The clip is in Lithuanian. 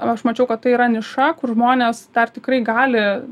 aš mačiau kad tai yra niša kur žmonės dar tikrai gali